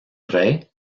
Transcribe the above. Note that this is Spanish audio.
rey